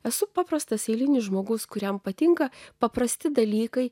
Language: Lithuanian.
esu paprastas eilinis žmogus kuriam patinka paprasti dalykai